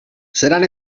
seran